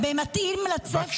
-- בהתאמה לצפי